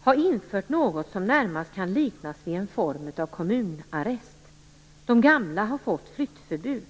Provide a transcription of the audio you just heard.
har infört något som närmast kan liknas vid en form av kommunarrest. De gamla har fått flyttförbud.